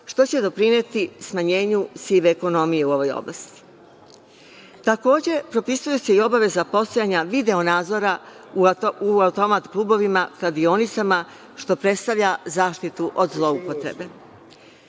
što će doprineti smanjenju sive ekonomije u ovoj oblasti. Takođe propisuje se i obaveza postojanja video nadzora u automat klubovima, kladionicama, što predstavlja zaštitu od zloupotrebe.